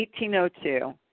1802